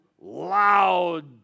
loud